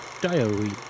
diary